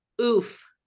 Oof